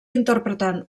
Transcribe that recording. interpretant